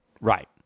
right